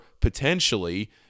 potentially